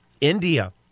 India